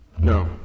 No